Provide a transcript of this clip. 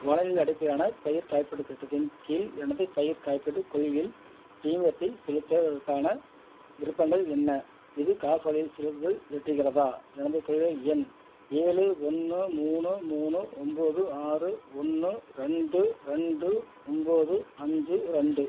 வானிலை அடிப்படையிலான பயிர் காப்பீடுத் திட்டத்தின் கீழ் எனது பயிர் காப்பீடுக் கொள்கையில் பிரீமியத்தைச் செலுத்துவதற்கான விருப்பங்கள் என்ன இது காசோலையில் செலுத்துதல் ஏற்றுகிறதா எனது கொள்கை எண் ஏழு ஒன்று மூணு மூணு ஒம்பது ஆறு ஒன்று ரெண்டு ரெண்டு ஒம்பது அஞ்சு ரெண்டு